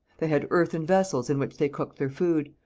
they had earthen vessels in which they cooked their food.